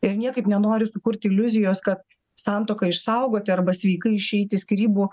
ir niekaip nenoriu sukurti iliuzijos kad santuoką išsaugoti arba sveikai išeiti skyrybų